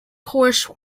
course